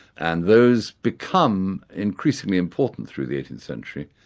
and those become increasingly important through the eighteenth century.